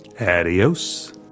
Adios